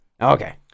Okay